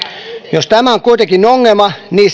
jos tämä on kuitenkin ongelma niin